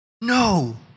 No